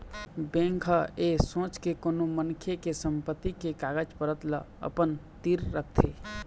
bank ह ऐ सोच के कोनो मनखे के संपत्ति के कागज पतर ल अपन तीर रखथे